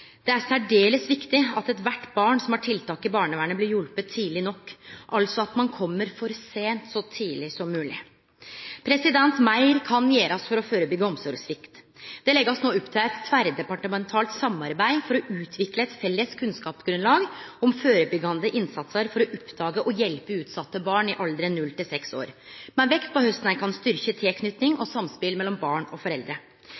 det er særdeles viktig at kvart barn som har tiltak i barnevernet, blir hjelpt tidleg nok, altså at ein kjem for seint så tidleg som mogleg. Meir kan gjerast for å førebyggje omsorgssvikt. Det blir no lagt opp til eit tverrdepartementalt samarbeid for å utvikle eit felles kunnskapsgrunnlag om førebyggjande innsatsar for å oppdage og hjelpe utsette barn i alderen 0 til 6 år – med vekt på korleis ein kan styrkje tilknytinga og samspelet mellom barn og foreldre.